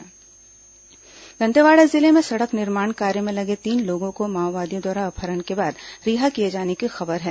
माओवादी अपहरण मुठभेड़ दंतेवाड़ा जिले में सड़क निर्माण कार्य में लगे तीन लोगों को माओवादियों द्वारा अपहरण के बाद रिहा किए जाने की खबर है